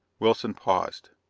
wilson paused.